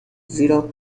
زیرا